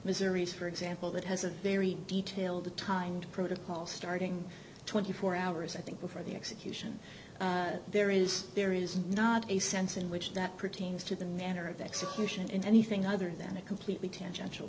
missouri's for example that has a very detailed a timed protocol starting twenty four hours i think before the execution there is there is not a sense in which that pertains to the manner of execution in anything other than a completely tangential